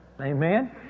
Amen